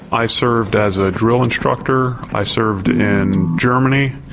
i served as a drill instructor, i served in germany,